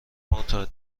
معتاد